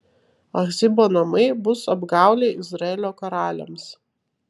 achzibo namai bus apgaulė izraelio karaliams